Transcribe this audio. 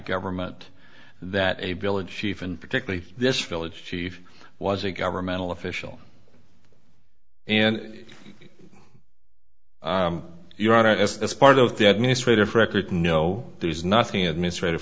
government that a village chief and particularly this village chief was a governmental official and you're on it as part of the administrators record no there's nothing administrat